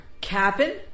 Cabin